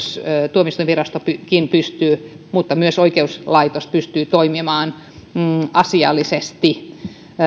tuomioistuinvirasto pystyy ja myös oikeuslaitos pystyy toimimaan asiallisesti